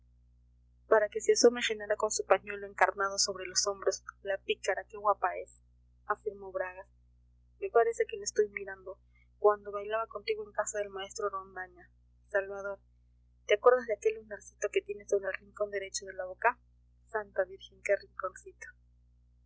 para que se asome genara con su pañuelo encarnado sobre los hombros la pícara qué guapa es afirmó bragas me parece que la estoy mirando cuando bailaba contigo en casa del maestro rondaña salvador te acuerdas de aquel lunarcito que tiene sobre el rincón derecho de la boca santa virgen que rinconcito